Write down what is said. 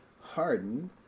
Hardened